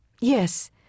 Yes